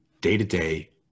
day-to-day